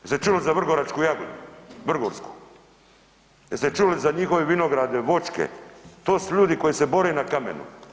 Jeste čuli za vrgoračku jagodu, vrgorsku, jeste čuli za njihove vinograde, voćke, to su ljudi koji se bore na kamenu.